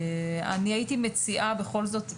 הייתי מציעה בכל זאת,